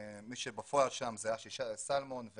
עם אשי סלומון,